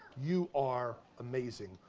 you are amazing.